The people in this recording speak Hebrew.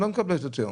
הן לא מקבלות יותר.